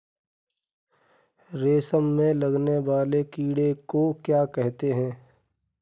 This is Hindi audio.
रेशम में लगने वाले कीड़े को क्या कहते हैं?